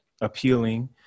appealing